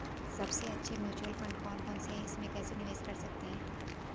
सबसे अच्छे mutual fund कौन कौनसे हैं इसमें कैसे निवेश कर सकते हैं?